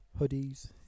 hoodies